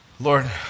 Lord